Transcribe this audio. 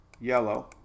yellow